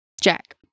Jack